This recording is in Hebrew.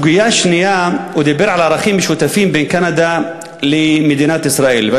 הסוגיה השנייה: הוא דיבר על ערכים משותפים לקנדה ולמדינת ישראל,